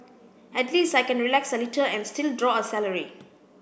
at least I can relax a little and still draw a salary